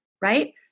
right